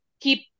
keep